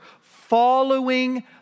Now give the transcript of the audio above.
following